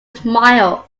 smiled